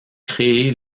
créé